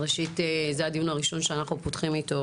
ראשית, זה הדיון הראשון שאנחנו פותחים איתו